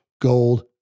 Gold